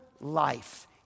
life